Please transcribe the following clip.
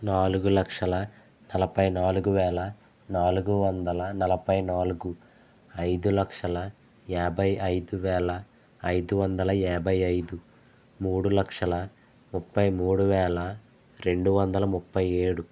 నాలుగు లక్షల నలభై నాలుగు వేల నాలుగు వందల నలభై నాలుగు ఐదు లక్షల యాభై ఐదు వేల ఐదు వందల యాభై ఐదు మూడు లక్షల ముప్పై మూడు వేల రెండు వందల ముప్పై ఏడు